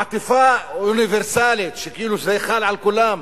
עטיפה אוניברסלית, שכאילו זה חל על כולם.